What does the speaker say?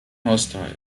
hostile